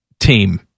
team